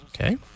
Okay